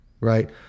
Right